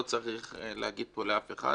לא צריך להגיד פה לאף אחד,